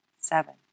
Seven